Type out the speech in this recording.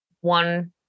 one